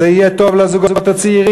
זה יהיה טוב לזוגות הצעירים,